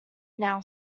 now